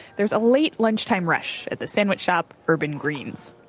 there's a late lunchtime rush at the sandwich shop urban greens.